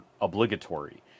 obligatory